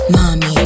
Mommy